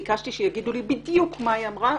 ביקשתי שיגידו לי בדיוק מה היא אמרה,